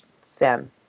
Sam